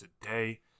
today